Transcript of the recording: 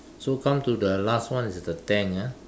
so come to the last one is the tank ah